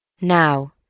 Now